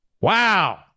Wow